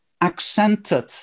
accented